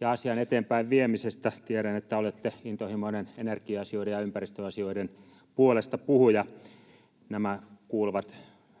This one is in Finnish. ja asian eteenpäinviemisestä. Tiedän, että olette intohimoinen energia-asioiden ja ympäristöasioiden puolestapuhuja, ja nämä kuuluvat